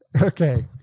Okay